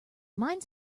mines